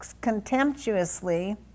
contemptuously